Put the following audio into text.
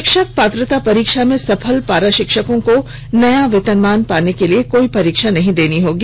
शिक्षक पात्रता परीक्षा में सफल पारा शिक्षकों को नया वेतनमान पाने के लिए कोई परीक्षा नहीं देनी होगी